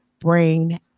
Brain